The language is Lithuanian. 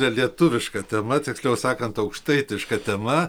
lietuviška tema tiksliau sakant aukštaitiška tema